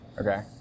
Okay